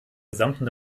gesamten